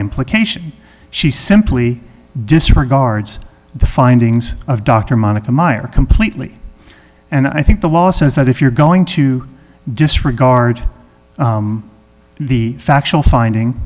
implication she simply disregards the findings of dr monica meyer completely and i think the law says that if you're going to disregard the factual finding